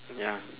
ya